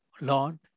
Lord